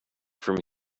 from